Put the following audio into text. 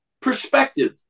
perspective